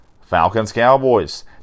Falcons-Cowboys